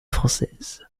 françaises